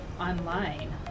online